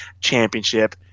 Championship